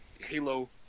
Halo